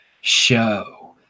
Show